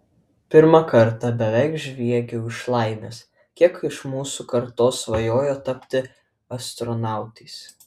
pirmą kartą beveik žviegiau iš laimės kiek iš mūsų kartos svajojo tapti astronautais